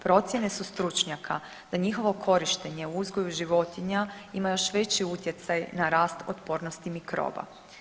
Procjene su stručnjaka da njihovo korištenje u uzgoju životinja ima još veći utjecaj na rast i otpornost mikroba.